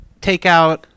takeout